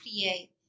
create